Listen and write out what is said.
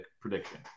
prediction